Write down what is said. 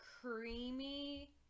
creamy